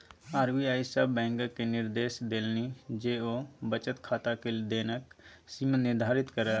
RBI सभ बैंककेँ निदेर्श देलनि जे ओ बचत खाताक लेन देनक सीमा निर्धारित करय